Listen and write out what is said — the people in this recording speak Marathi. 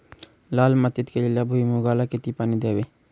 लाल मातीत केलेल्या भुईमूगाला किती पाणी द्यावे?